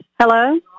Hello